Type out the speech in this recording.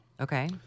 okay